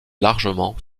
largement